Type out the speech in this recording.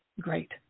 great